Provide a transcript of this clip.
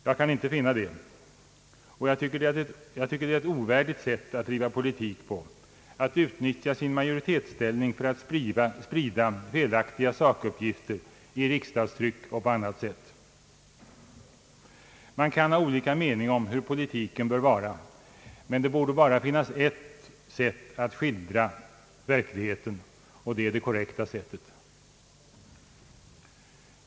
Jag kan inte finna det, och jag tycker att det är ett ovärdigt sätt att driva politik på, att utnyttja sin majoritetsställning till att sprida felaktiga sakuppgifter i riksdagstryck och på annat sätt. Man kan ha olika mening om hur politiken bör vara, men det borde bara finnas ett sätt att skildra verkligheten — det korrekta sättet.